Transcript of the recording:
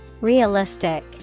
Realistic